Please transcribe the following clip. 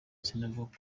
sinavuga